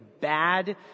bad